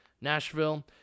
Nashville